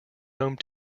home